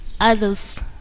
others